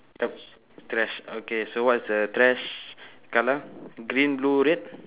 yup trash okay so what is the trash colour green blue red